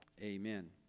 Amen